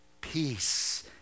peace